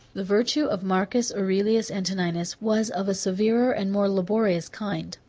the virtue of marcus aurelius antoninus was of severer and more laborious kind.